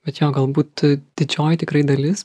bet jo galbūt didžioji tikrai dalis